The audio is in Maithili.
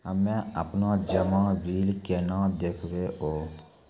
हम्मे आपनौ जमा बिल केना देखबैओ?